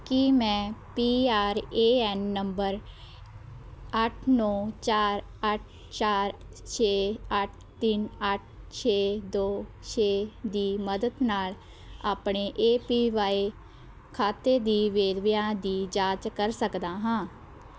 ਕੀ ਮੈਂ P R A N number ਅੱਠ ਨੌਂ ਚਾਰ ਅੱਠ ਚਾਰ ਛੇ ਅੱਠ ਤਿੰਨ ਅੱਠ ਛੇ ਦੋ ਛੇ ਦੀ ਮਦਦ ਨਾਲ ਆਪਣੇ ਏ ਪੀ ਵਾਈ ਖਾਤੇ ਦੀ ਵੇਰਵਿਆਂ ਦੀ ਜਾਂਚ ਕਰ ਸਕਦਾ ਹਾਂ